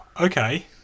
okay